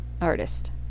artist